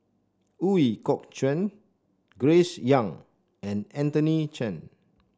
Ooi Kok Chuen Grace Young and Anthony Chen